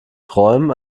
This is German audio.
träumen